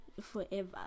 forever